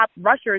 rushers